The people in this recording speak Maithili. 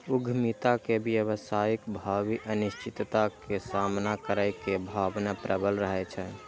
उद्यमिता मे व्यवसायक भावी अनिश्चितता के सामना करै के भावना प्रबल रहै छै